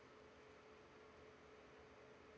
uh